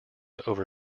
over